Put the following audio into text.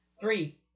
Three